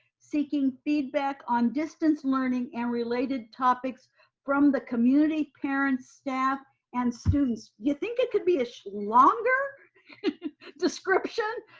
seeking feedback on distance learning and related topics from the community, parents, staff and students. you think it could be a so longer description,